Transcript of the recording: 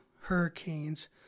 hurricanes